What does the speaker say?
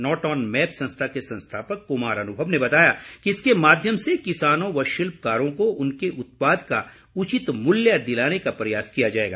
not On Map संस्था के संस्थापक कुमार अनुभव ने बताया कि इसके माध्यम से किसानों व शिल्पकारों को उनके उत्पाद का उचित मूल्य दिलाने का प्रयास किया जाएगा